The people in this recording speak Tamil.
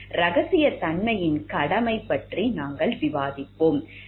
இரகசியத்தன்மையின் கடமை பற்றி நாங்கள் விவாதிப்போம்